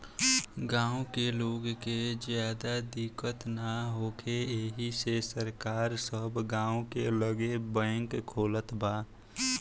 गाँव के लोग के ज्यादा दिक्कत ना होखे एही से सरकार सब गाँव के लगे बैंक खोलत बा